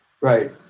right